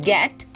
Get